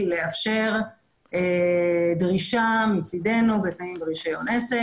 לאפשר דרישה מצידנו בתנאים ברישיון עסק.